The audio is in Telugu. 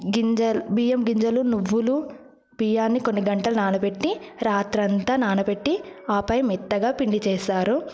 గింజ బియ్యం గింజలు నువ్వులు బియ్యాన్ని కొన్ని గంటలు నానబెట్టి రాత్రంతా నానబెట్టి ఆపై మెత్తగా పిండి చేస్తారు